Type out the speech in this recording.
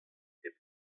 hep